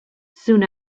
soon